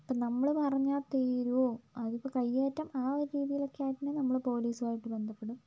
ഇപ്പോൾ നമ്മൾ പറഞ്ഞാൽ തീരുവോ അതിപ്പോൾ കയ്യേറ്റം ആ ഒരു രീതിയിലൊക്കെ ആയിട്ടുണ്ടെങ്കിൽ നമ്മൾ പോലീസുമായിട്ട് ബന്ധപ്പെടും